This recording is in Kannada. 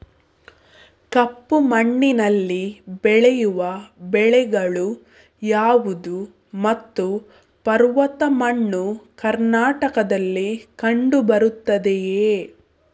ಕಪ್ಪು ಮಣ್ಣಿನಲ್ಲಿ ಬೆಳೆಯುವ ಬೆಳೆಗಳು ಯಾವುದು ಮತ್ತು ಪರ್ವತ ಮಣ್ಣು ಕರ್ನಾಟಕದಲ್ಲಿ ಕಂಡುಬರುತ್ತದೆಯೇ?